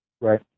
Right